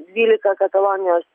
dvylika katalonijos